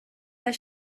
der